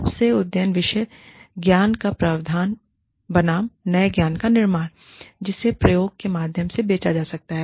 सबसे अद्यतन विशेष ज्ञान का प्रावधान बनाम नए ज्ञान का निर्माण जिसे प्रयोग के माध्यम से बेचा जा सकता है